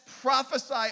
prophesy